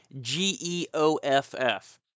G-E-O-F-F